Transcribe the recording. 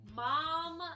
mom